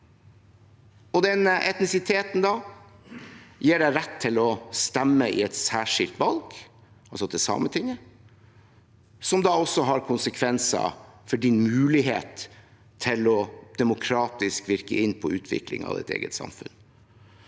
etnisiteten gir deg da rett til å stemme i et særskilt valg, altså til Sametinget, noe som også har konsekvenser for din mulighet til demokratisk å virke inn på utviklingen av ditt eget samfunn.